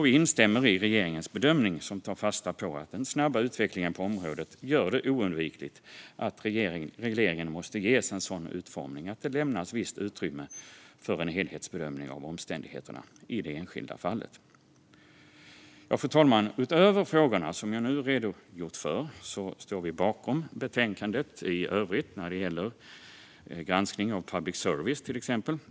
Vi instämmer i regeringens bedömning, som tar fasta på att den snabba utvecklingen på området gör det oundvikligt att regleringen ges en sådan utformning att det lämnas visst utrymme för en helhetsbedömning av omständigheterna i det enskilda fallet. Fru talman! Utöver de frågor som jag nu har redogjort för står vi bakom förslaget i betänkandet, till exempel när det gäller granskning av public service.